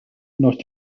north